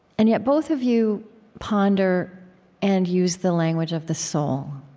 and yet, both of you ponder and use the language of the soul.